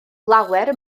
lawer